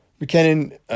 McKinnon